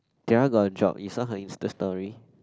tiara got a job you saw her Insta story